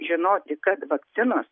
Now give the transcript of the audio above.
žinoti kad vakcinos